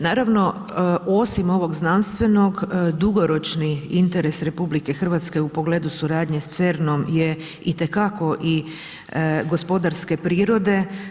Naravno osim ovog znanstvenog dugoročni interes RH u pogledu suradnje sa CERN-om je itekako i gospodarske prirode.